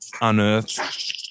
unearthed